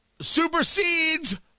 supersedes